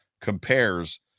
compares